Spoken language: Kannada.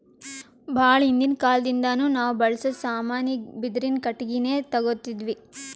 ಭಾಳ್ ಹಿಂದಿನ್ ಕಾಲದಿಂದಾನು ನಾವ್ ಬಳ್ಸಾ ಸಾಮಾನಿಗ್ ಬಿದಿರಿನ್ ಕಟ್ಟಿಗಿನೆ ತೊಗೊತಿದ್ವಿ